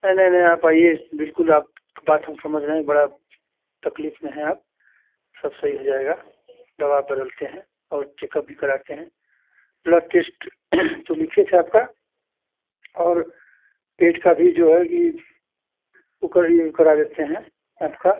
नहीं नहीं नहीं आप आइए बिल्कुल आप बात हम समझ रहे हैं बड़ा तकलीफ में हैं आप सब सही हो जाएगा दवा बदलते हैं और चेकअप भी कराते हैं ब्लड टेस्ट तो लिखे थे आपका और पेट का भी जो है कि ओकर ई करा देते हैं आपका